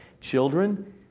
children